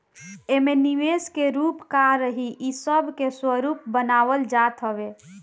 एमे निवेश के रूप का रही इ सब के स्वरूप बनावल जात हवे